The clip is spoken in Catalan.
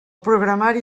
programari